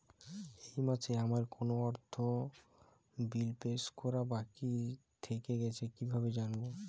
এই মাসে আমার কোন কোন আর্থিক বিল পে করা বাকী থেকে গেছে কীভাবে জানব?